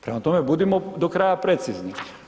Prema tome, budimo do kraja precizni.